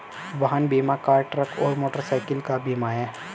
वाहन बीमा car, truck और मोटरसाइकिल का बीमा है